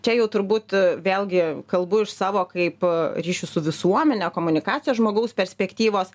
čia jau turbūt vėlgi kalbu iš savo kaip ryšių su visuomene komunikacijos žmogaus perspektyvos